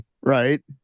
right